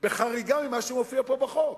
בחריגה ממה שמופיע פה בחוק,